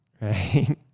right